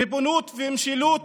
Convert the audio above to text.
ריבונות ומשילות